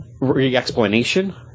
re-explanation